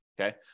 okay